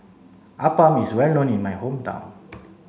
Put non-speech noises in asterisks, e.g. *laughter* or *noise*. Appam is well known in my hometown *noise*